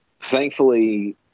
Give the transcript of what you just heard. thankfully